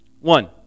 One